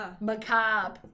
macabre